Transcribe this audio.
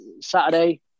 Saturday